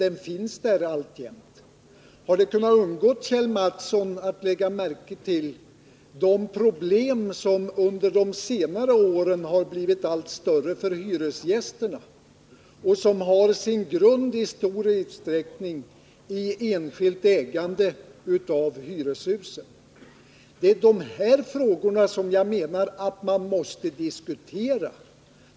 Har Kjell Mattsson kunnat undgå att lägga märke till de problem som under de senare åren har blivit allt större för hyresgästerna och som i stor utsträckning har sin grund i enskilt ägande av hyreshusen? Det är dessa frågor som jag menar att man måste diskutera.